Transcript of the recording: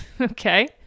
Okay